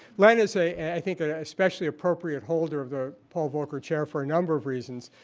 len is a, i think, an especially appropriate holder of the paul volcker chair for a number of reasons,